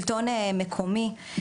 שלטון מקומי,